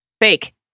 fake